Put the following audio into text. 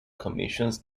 commissions